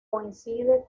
coincide